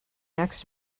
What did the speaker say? next